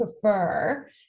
prefer